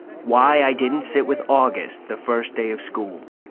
why i didn't sit with august the first day of school